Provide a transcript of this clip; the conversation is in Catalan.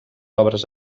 obres